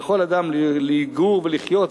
אבל יכול אדם לגור ולחיות,